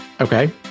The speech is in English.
Okay